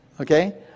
Okay